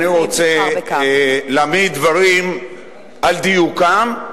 אני רוצה להעמיד דברים על דיוקם,